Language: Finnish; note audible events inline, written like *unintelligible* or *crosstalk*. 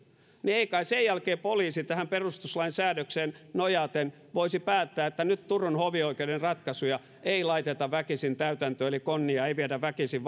niin ei kai sen jälkeen poliisi tähän perustuslain säädökseen nojaten voisi päättää että nyt turun hovioikeuden ratkaisuja ei laiteta väkisin täytäntöön eli konnia ei viedä väkisin *unintelligible*